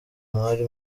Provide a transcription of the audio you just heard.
mwari